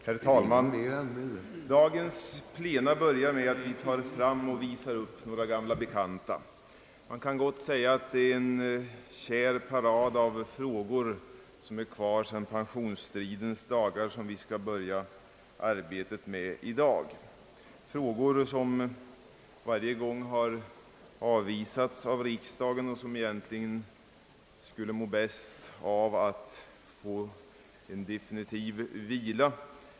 Herr talman! Dagens plena börjar med att vi tar fram och visar upp några gamla bekanta. Man kan gott säga att det är en kär parad av frågor som är kvar sedan pensionsstridens dagar som vi skall börja arbetet med i dag, frågor som varje gång har avvisats av riksdagen och som egentligen skulle må bäst av att få en definitiv vila.